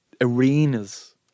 arenas